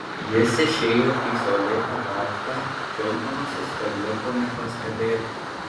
jis išėjo į saulėtą gatvę džiaugdamasis kad liko nepastebėtas